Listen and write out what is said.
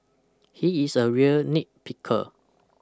he is a real nitpicker